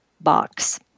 box